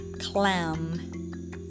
Clam